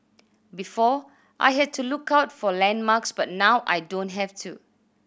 before I had to look out for landmarks but now I don't have to